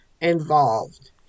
Involved